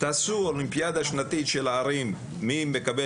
תעשו אולימפיאדה שנתית של ערים מי מקבל